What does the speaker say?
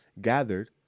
gathered